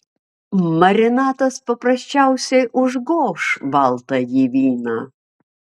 marinatas paprasčiausiai užgoš baltąjį vyną